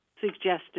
suggested